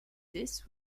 this